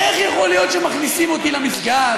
איך יכול להיות שמכניסים אותי למסגד,